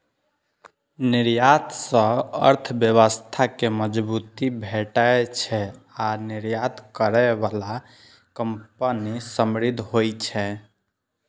निर्यात सं अर्थव्यवस्था कें मजबूती भेटै छै आ निर्यात करै बला कंपनी समृद्ध होइ छै